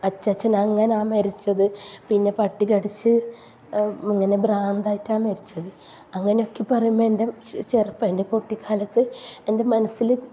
അച്ചാച്ചൻ അങ്ങനാണ് മരിച്ചത് പിന്നെ പട്ടി കടിച്ച് ഇങ്ങനെ ഭ്രാന്തായിട്ടാണ് മരിച്ചത് അങ്ങനെയൊക്കെ പറയുമ്പോൾ എൻ്റെ ചെ ചെറുപ്പം എൻ്റെ കുട്ടിക്കാലത്ത് എൻ്റെ മനസ്സിൽ